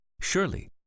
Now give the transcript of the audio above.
Surely